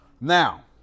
Now